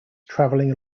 traveling